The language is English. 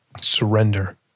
Surrender